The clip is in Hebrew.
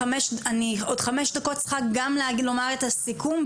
אני עוד חמש דקות צריכה גם לומר את הסיכום,